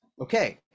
Okay